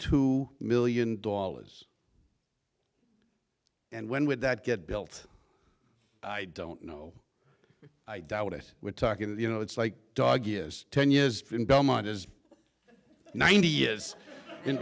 two million dollars and when would that get built i don't know i doubt it we're talking about you know it's like dog years ten years in belmont is ninety years in